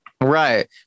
Right